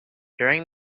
during